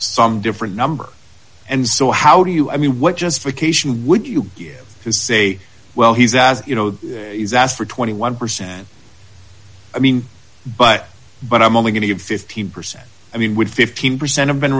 some different number and so how do you i mean what justification would you give to say well he's you know for twenty one percent i mean but but i'm only going to have fifteen percent i mean would fifteen percent of been